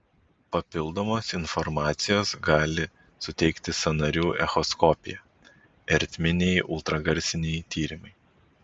papildomos informacijos gali suteikti sąnarių echoskopija ertminiai ultragarsiniai tyrimai